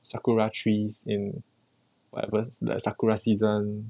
sakura trees in like the sakura season